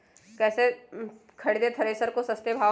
कैसे खरीदे थ्रेसर को सस्ते भाव में?